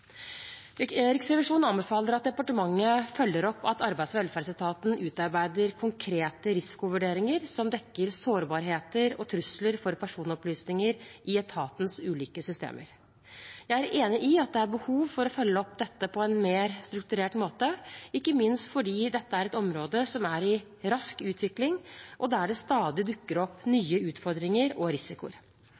Riksrevisjonen anbefaler at departementet følger opp at arbeids- og velferdsetaten utarbeider konkrete risikovurderinger som dekker sårbarheter og trusler som gjelder personopplysninger, i etatens ulike systemer. Jeg er enig i at det er behov for å følge opp dette på en mer strukturert måte, ikke minst fordi dette er et område som er i rask utvikling, og der det dukker opp stadig nye utfordringer og risikoer.